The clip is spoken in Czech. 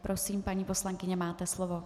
Prosím, paní poslankyně, máte slovo.